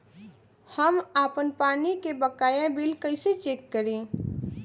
हम आपन पानी के बकाया बिल कईसे चेक करी?